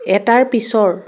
এটাৰ পিছৰ